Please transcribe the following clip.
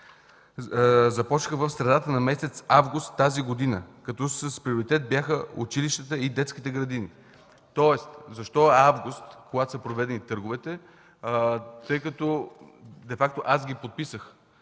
започна в средата на месец август тази година, като с приоритет бяха училищата и детските градини. Тоест, защо август са проведени търговете? Де факто аз ги подписах.